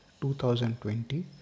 2020